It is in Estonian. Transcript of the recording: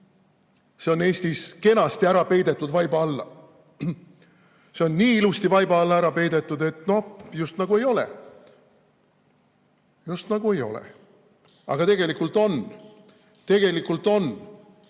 See on Eestis kenasti ära peidetud vaiba alla. See on nii ilusti vaiba alla ära peidetud, et just nagu ei ole. Just nagu ei ole! Aga tegelikult on. Tegelikult on!